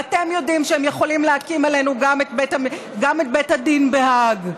ואתם יודעים שהם יכולים להקים עלינו גם את בית הדין בהאג.